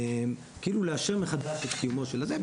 כאילו לאשר מחדש את קיומו של הזה,